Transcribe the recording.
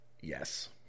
yes